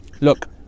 look